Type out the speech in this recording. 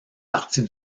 partie